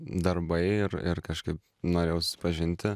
darbai ir ir kažkaip norėjau susipažinti